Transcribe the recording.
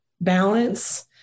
balance